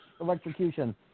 electrocution